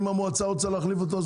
אם המועצה רוצה להחליף אותו,